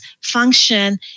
function